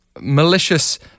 malicious